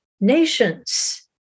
nations